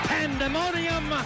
pandemonium